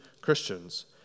Christians